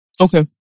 Okay